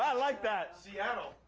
ah like that! seattle!